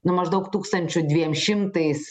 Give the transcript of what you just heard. nu maždaug tūkstančiu dviem šimtais